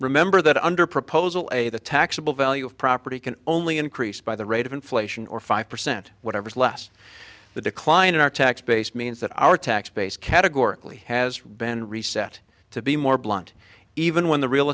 remember that under proposal a the taxable value of property can only increase by the rate of inflation or five percent whatever is less the decline in our tax base means that our tax base categorically has been reset to be more blunt even when the real